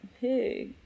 Hey